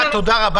תודה.